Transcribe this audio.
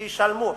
שישלמו,